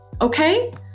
Okay